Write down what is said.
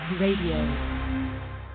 Radio